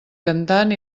cantant